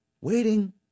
Waiting